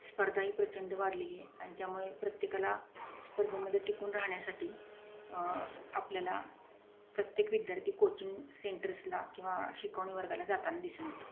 स्पर्धा ही प्रचंड वाढलेली आहे आणि त्यामुळे प्रत्येकाला स्पर्धेमध्ये टिकून राहण्यासाठी आपल्याला प्रत्येक विद्यार्थी कोचिंग सेंटर्सला किंवा शिकवणी वर्गाला जाताना दिसून येतो